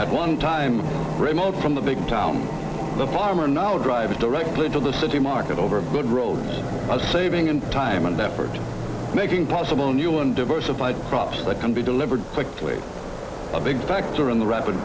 at one time remote from the big town the farmer now drive directly to the city market over a good road a saving in time and effort making possible new and diversified crops that can be delivered quickly a big factor in the rap